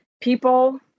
People